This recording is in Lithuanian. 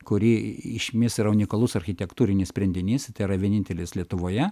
kuri išmis yra unikalus architektūrinis sprendinys tai yra vienintelis lietuvoje